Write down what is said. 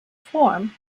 form